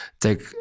take